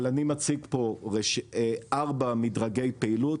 אבל אני מציג פה ארבע מדרגי פעילות